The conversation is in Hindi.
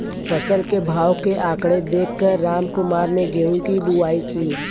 फसल के भाव के आंकड़े देख कर रामकुमार ने गेहूं की बुवाई की